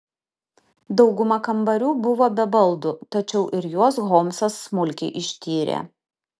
dauguma kambarių buvo be baldų tačiau ir juos holmsas smulkiai ištyrė